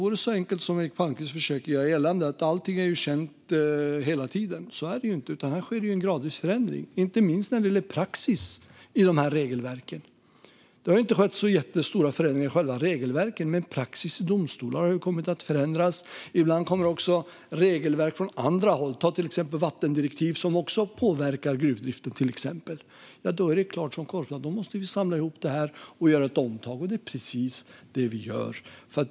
Eric Palmqvist försöker göra gällande att allt är känt hela tiden, men så enkelt är det inte, utan här sker en gradvis förändring, inte minst när det gäller praxis i de här regelverken. Det har inte skett så jättestora förändringar i själva regelverken, men praxis i domstolar har kommit att förändras. Ibland kommer också regelverk från andra håll - ta till exempel vattendirektiv, som också påverkar gruvdriften. Då är det klart att vi måste samla ihop det här och göra ett omtag, och det är precis det vi gör.